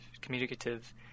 communicative